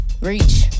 Reach